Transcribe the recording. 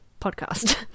podcast